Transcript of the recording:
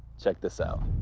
check this out.